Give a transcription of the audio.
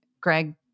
Greg